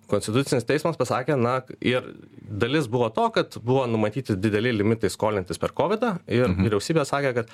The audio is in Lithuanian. konstitucinis teismas pasakė na ir dalis buvo to kad buvo numatyti dideli limitai skolintis per kovidą ir vyriausybė sakė kad